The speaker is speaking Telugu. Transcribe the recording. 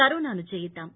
కరోనాను జయిద్దాం